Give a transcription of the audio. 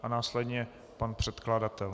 A následně pan předkladatel.